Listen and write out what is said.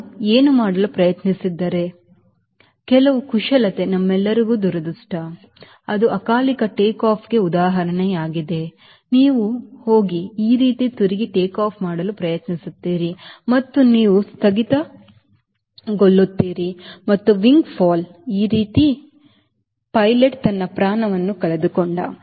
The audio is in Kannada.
ಅವನು ಏನು ಮಾಡಲು ಪ್ರಯತ್ನಿಸುತ್ತಿದ್ದನೆ ಕೆಲವು ಕುಶಲತೆ ನಮ್ಮೆಲ್ಲರಿಗೂ ದುರದೃಷ್ಟ ಅದು ಅಕಾಲಿಕ ಟೇಕ್ ಆಫ್ಗೆ ಉದಾಹರಣೆಯಾಗಿದೆ ನೀವು ಹೋಗಿ ಈ ರೀತಿ ತಿರುಗಿ ಟೇಕ್ಆಫ್ ಮಾಡಲು ಪ್ರಯತ್ನಿಸುತ್ತೀರಿ ಮತ್ತು ನೀವು ಸ್ಥಗಿತಗೊಳ್ಳುತ್ತೀರಿ ಮತ್ತು wing fall ಈ ರೀತಿ ಮತ್ತು ಪೈಲಟ್ ತನ್ನ ಪ್ರಾಣ ಕಳೆದುಕೊಂಡ